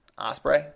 Osprey